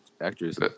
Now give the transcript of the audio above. actress